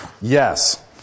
yes